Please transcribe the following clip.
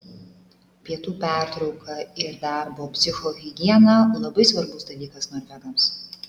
pietų pertrauka ir darbo psichohigiena labai svarbus dalykas norvegams